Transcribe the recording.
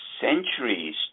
centuries